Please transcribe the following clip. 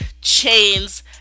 Chains